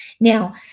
Now